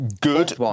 Good